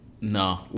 No